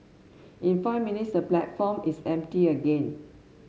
in five minutes the platform is empty again